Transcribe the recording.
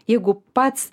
jeigu pats